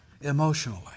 emotionally